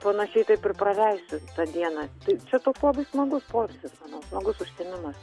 panašiai taip ir praleisiu tą dieną tai čia toks labai smagus poilsis smagus užsiėmimas